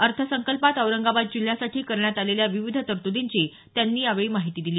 अर्थसंकल्पात औरंगाबाद जिल्ह्यासाठी करण्यात आलेल्या विविध तरतूदींची त्यांनी माहिती दिली